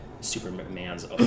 Superman's